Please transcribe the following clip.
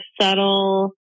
subtle